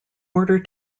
order